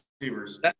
receivers